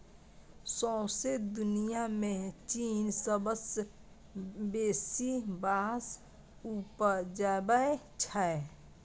सौंसे दुनियाँ मे चीन सबसँ बेसी बाँस उपजाबै छै